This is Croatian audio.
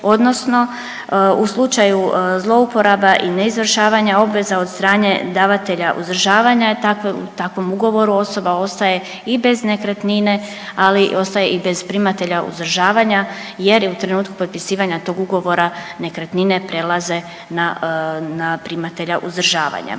odnosno u slučaju zlouporaba i neizvršavanje obveza od strane davatelja uzdržavanja u takvom ugovoru osoba ostaje i bez nekretnine, ali ostaje i bez primatelja uzdržavanja jer u trenutku potpisivanja tog ugovora nekretnine prelaze na primatelja uzdržavanja.